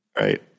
Right